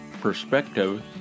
perspective